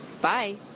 Bye